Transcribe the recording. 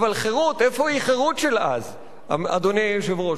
אבל חרות, איפה היא חרות של אז, אדוני היושב-ראש?